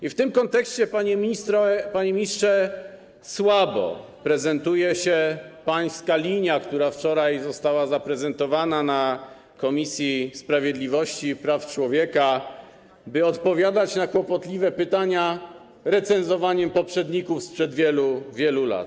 I w tym kontekście, panie ministrze, słabo prezentuje się pańska linia, która wczoraj została zaprezentowana w Komisji Sprawiedliwości i Praw Człowieka, by odpowiadać na kłopotliwe pytania recenzowaniem poprzedników sprzed wielu, wielu lat.